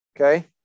Okay